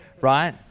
right